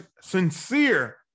sincere